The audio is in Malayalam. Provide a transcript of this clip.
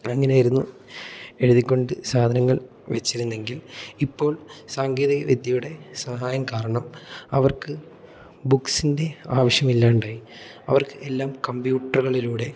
അങ്ങനെയായിരുന്നു എഴുതിക്കൊണ്ട് സാധനങ്ങൾ വെച്ചിരുന്നെങ്കിൽ ഇപ്പോൾ സാങ്കേതിക വിദ്യയുടെ സഹായം കാരണം അവർക്ക് ബുക്സിൻ്റെ ആവശ്യമില്ലാണ്ടായി അവർക്ക് എല്ലാം കമ്പ്യൂട്ടറുകളിലൂടെ